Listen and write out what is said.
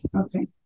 Okay